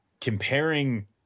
comparing